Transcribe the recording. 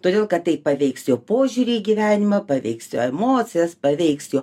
todėl kad tai paveiks jo požiūrį į gyvenimą paveiks jo emocijas paveiks jo